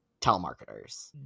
telemarketers